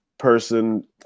Person